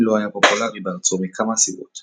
דיים לא היה פופולרי בארצו מכמה סיבות